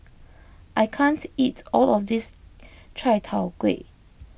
I can't eat all of this Chai Tow Kuay